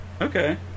Okay